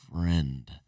friend